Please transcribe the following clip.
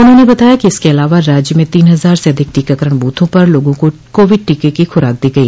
उन्होंने बताया कि इसके अलावा राज्य में तीन हजार से अधिक टीकाकरण बूथों पर लोगों को कोविड टीके की खुराक दी गई